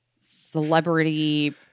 celebrity